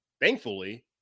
thankfully